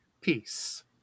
Peace